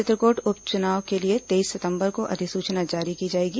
चित्रकोट उप चुनाव के लिए तेईस सितंबर को अधिसूचना जारी की जाएगी